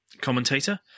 commentator